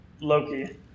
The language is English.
Loki